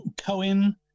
Cohen